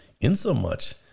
insomuch